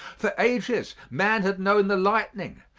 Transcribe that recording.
for ages man had known the lightning,